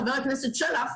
חבר הכנסת שלח,